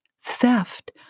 theft